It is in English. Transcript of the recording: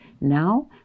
Now